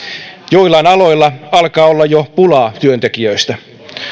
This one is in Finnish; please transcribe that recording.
joillain aloilla alkaa olla jo pulaa työntekijöistä